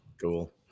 Cool